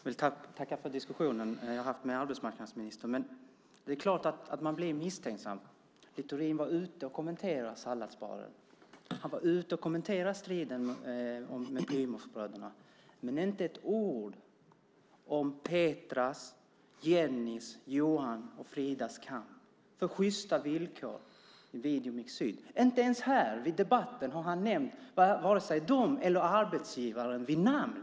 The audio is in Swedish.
Herr talman! Jag vill tacka för den diskussion jag har haft med arbetsmarknadsministern. Men det är klart att man blir misstänksam. Littorin var ute och kommenterade salladsbaren. Han var ute och kommenterade striden med Plymouthbröderna. Men han sade inte ett ord om Petras, Jennys, Johans och Fridas kamp för sjysta villkor på Videomix Syd. Inte ens här i debatten har han nämnt vare sig dem eller arbetsgivaren vid namn.